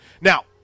Now